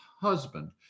husband